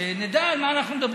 שנדע על מה אנחנו מדברים.